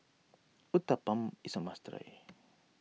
Uthapam is a must try